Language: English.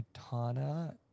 katana